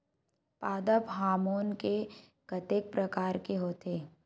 पादप हामोन के कतेक प्रकार के होथे?